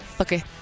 Okay